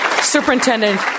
Superintendent